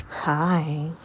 hi